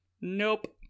Nope